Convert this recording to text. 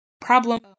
problem